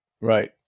Right